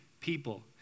people